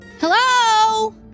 Hello